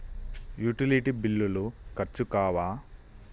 Utility బిల్లులు ఖర్చు కావా?